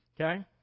Okay